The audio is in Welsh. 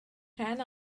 rhan